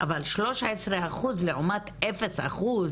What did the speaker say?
אבל, שלוש עשרה אחוז לעומת אפס אחוז,